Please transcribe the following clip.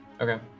Okay